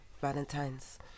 Valentine's